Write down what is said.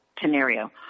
scenario